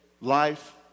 life